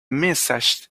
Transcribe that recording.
messages